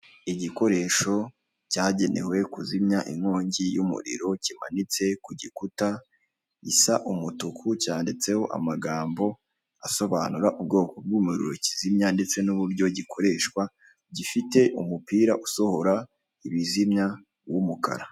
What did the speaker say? Igikoresho cyagenewe kuzimya inkongi y'umuriro kimanitse ku gikuta gisa umutuku cyanditseho amagambo asobanura ubwoko bw'umuriro kizimya ndetse n'uburyo gikoreshwa, gifite umupira usohora ibizimya w'umukara.